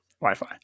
Wi-Fi